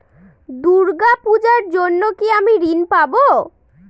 দূর্গা পূজার জন্য কি আমি ঋণ পাবো?